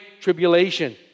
tribulation